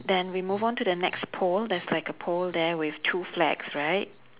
then we move on to the next pole there's like a pole there with two flags right